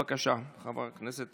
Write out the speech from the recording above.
בבקשה, חברת הכנסת